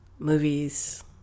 Movies